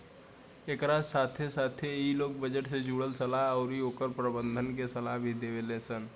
एकरा साथे साथे इ लोग बजट से जुड़ल सलाह अउरी ओकर प्रबंधन के सलाह भी देवेलेन